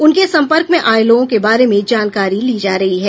उनके संपर्क में आए लोगों के बारे में जानकारी ली जा रही है